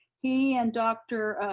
he and dr.